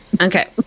Okay